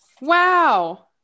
Wow